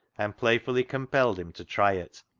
and playfully com pelled him to try it,